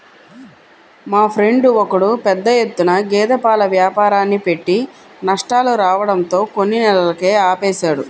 మా ఫ్రెండు ఒకడు పెద్ద ఎత్తున గేదె పాల వ్యాపారాన్ని పెట్టి నష్టాలు రావడంతో కొన్ని నెలలకే ఆపేశాడు